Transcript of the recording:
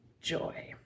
joy